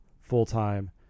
full-time